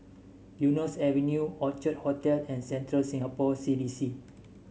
Eunos Avenue Orchid Hotel and Central Singapore C D C